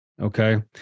Okay